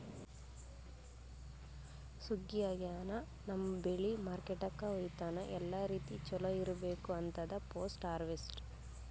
ಸುಗ್ಗಿ ಆಗನ ನಮ್ಮ್ ಬೆಳಿ ಮಾರ್ಕೆಟ್ಕ ಒಯ್ಯತನ ಎಲ್ಲಾ ರೀತಿ ಚೊಲೋ ಇರ್ಬೇಕು ಅಂತದ್ ಪೋಸ್ಟ್ ಹಾರ್ವೆಸ್ಟ್